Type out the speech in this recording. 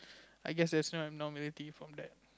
I guess that's not a abnormality from that